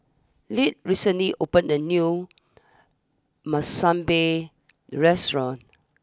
Leah recently opened a new Monsunabe restaurant